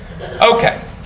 Okay